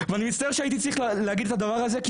ואני מצטער שהייתי צריך להגיד את הדבר הזה כי